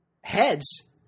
heads